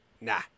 Nah